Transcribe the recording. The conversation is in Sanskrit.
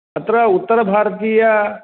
अत्र उत्तरभारतीय